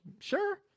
Sure